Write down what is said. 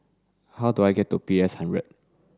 how do I get to P S hundred